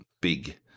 big